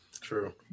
true